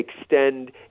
Extend